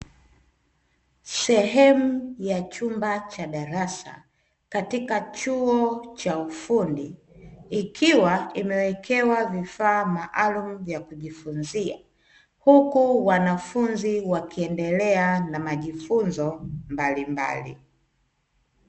Sehemu ya chumba cha darasa katika chuo cha ufundi ikiwa imewekewa vifaa maalum vya kujifunzia huku wanafunzi wakiendelea na majifunzo mbalimbali.